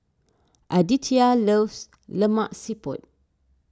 Aditya loves Lemak Siput